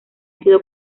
sido